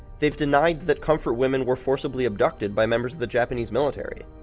they've denied that comfort women were forcibly abducted by members of the japanese military.